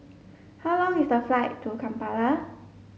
how long is the flight to Kampala